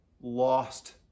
lost